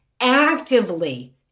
actively